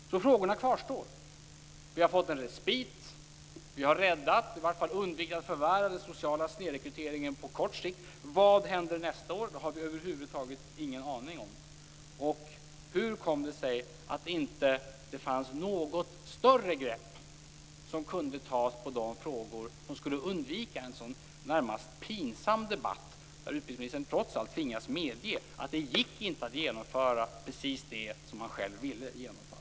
Frågorna kvarstår alltså. Vi har fått en respit. Vi har undvikit att förvärra den sociala snedrekryteringen på kort sikt. Vad händer nästa år? Det har vi över huvud taget ingen aning om. Hur kom det sig att det inte fanns något större grepp som kunde tas på de frågor som skulle undvika en sådan närmast pinsam debatt, där utbildningsministern trots allt tvingas medge att det inte gick att genomföra precis det som han själv ville genomföra.